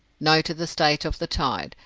noted the state of the tide,